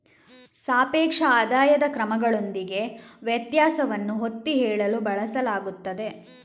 ಸಾಪೇಕ್ಷ ಆದಾಯದ ಕ್ರಮಗಳೊಂದಿಗೆ ವ್ಯತ್ಯಾಸವನ್ನು ಒತ್ತಿ ಹೇಳಲು ಬಳಸಲಾಗುತ್ತದೆ